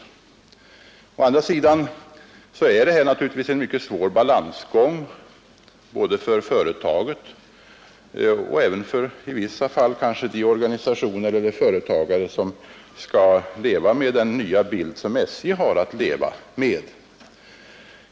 Å andra sidan är detta naturligtvis en mycket svår balansgång både för företaget och i vissa fall även för de organisationer eller företagare som skall leva med den nya bild som SJ har att leva med.